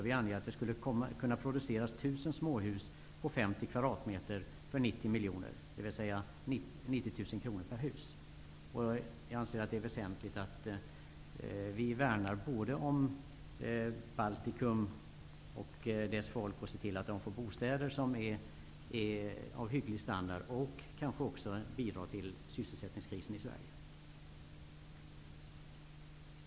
Vi anger att det skulle kunna produceras 1 000 småhus på 50 kvadratmeter för 90 miljoner, dvs. 90 000 kr per hus. Jag anser att det är väsentligt att vi både värnar om Baltikum och dess folk och ser till att de får bostäder som är av hygglig standard och bidrar till att mildra sysselsättningskrisen i Sverige.